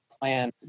plan